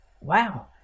wow